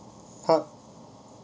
!huh!